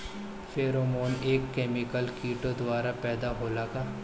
Pheromone एक chemical किटो द्वारा पैदा होला का?